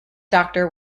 doctor